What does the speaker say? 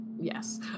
Yes